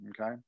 okay